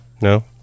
No